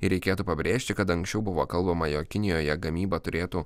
ir reikėtų pabrėžti kad anksčiau buvo kalbama jog kinijoje gamyba turėtų